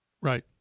Right